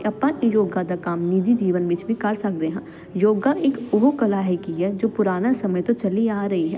ਆਪਾਂ ਯੋਗਾ ਦਾ ਕੰਮ ਨਿੱਜੀ ਜੀਵਨ ਵਿੱਚ ਵੀ ਕਰ ਸਕਦੇ ਹਾਂ ਯੋਗਾ ਇੱਕ ਉਹ ਕਲਾ ਹੈਗੀ ਹੈ ਜੋ ਪੁਰਾਣੇ ਸਮੇਂ ਤੋਂ ਚੱਲੀ ਆ ਰਹੀ ਹੈ